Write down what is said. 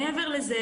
מעבר לזה,